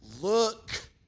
look